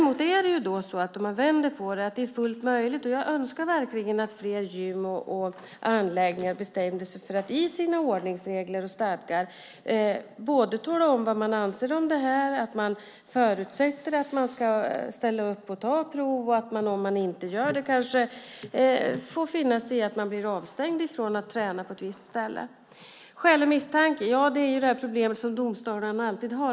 Om man däremot vänder på det är det fullt möjligt med avtal, och jag önskar verkligen att fler gym och anläggningar bestämde sig för att i sina ordningsregler och stadgar tala om vad man anser om det här, att det förutsätts att man ska ställa upp och ta prov och att man om man inte gör det kanske får finna sig i att bli avstängd från att träna på ett visst ställe. Skälig misstanke - det är ett problem som domstolarna alltid har.